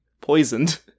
poisoned